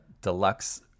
deluxe